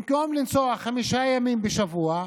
במקום לנסוע חמישה ימים בשבוע,